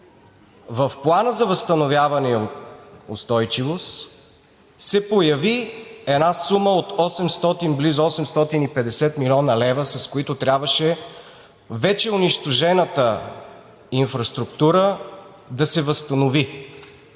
в Плана за възстановяване и устойчивост се появи една сума от 800, близо 850 млн. лв., с които трябваше вече унищожената инфраструктура да се възстанови.